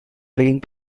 playing